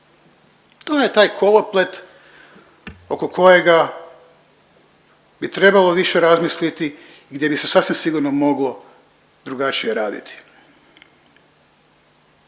To je taj koloplet oko kojega bi trebalo više razmisliti i gdje bi se sasvim sigurno moglo drugačije raditi.